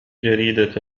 جريدة